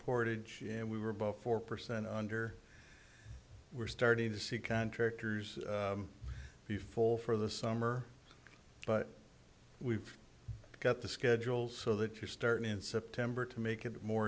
portage and we were both four percent under we're starting to see contractors be full for the summer but we've got the schedule so that you start in september to make it more